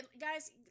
Guys